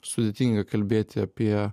sudėtinga kalbėti apie